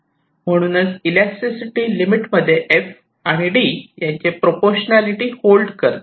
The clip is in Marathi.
म्हणूनच इलेस्टीसिटी लिमिट मध्ये एफ आणि डी यांचे प्रोपोर्शनालिटी होल्ड करते